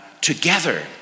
together